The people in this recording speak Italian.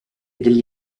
degli